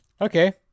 Okay